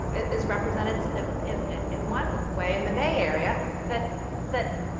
is represented so in in one way in the bay area that that